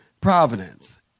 Providence